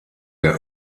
der